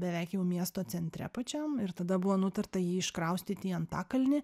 beveik jau miesto centre pačiam ir tada buvo nutarta jį iškraustyti į antakalnį